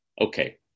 Okay